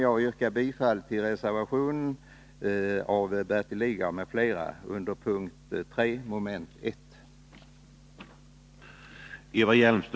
Jag yrkar bifall till reservationen av Bertil Lidgard m.fl. under punkt 3 mom. 1.